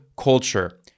culture